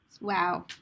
Wow